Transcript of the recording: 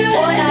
Boy